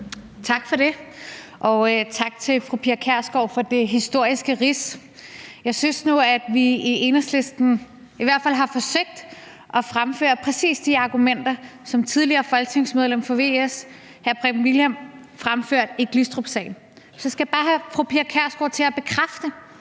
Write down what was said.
Tak for det, og tak til fru Pia Kjærsgaard for det historiske rids. Jeg synes nu i hvert fald, at vi i Enhedslisten har forsøgt at fremføre præcis de argumenter, som det tidligere folketingsmedlem fra VS hr. Preben Wilhjelm fremførte i Glistrupsagen. Så skal jeg bare have fru Pia Kjærsgaard til at bekræfte,